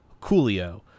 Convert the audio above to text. Coolio